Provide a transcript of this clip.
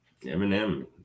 eminem